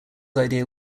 idea